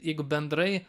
jeigu bendrai